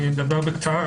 אני אדבר בקצרה.